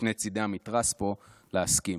משני צידי המתרס פה, להסכים.